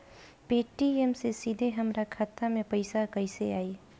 Paytm से सीधे हमरा खाता मे पईसा कइसे आई?